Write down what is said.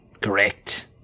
Correct